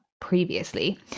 previously